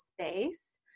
space